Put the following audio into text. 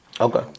Okay